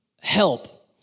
help